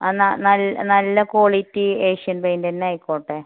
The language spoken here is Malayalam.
എന്നാൽ നൽ നല്ല ക്വാളിറ്റി ഏഷ്യൻ പെയിന്റ് തന്നെ ആയിക്കോട്ടെ